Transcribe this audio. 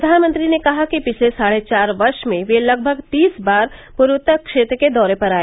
प्रधानमंत्री ने कहा कि पिछले साढ़े चार वर्ष में वे लगभग तीस बार पूर्वोत्तर क्षेत्र के दौरे पर आए